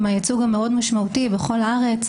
מהייצוג המשמעותי מאוד בכל הארץ,